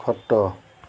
ଖଟ